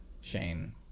shane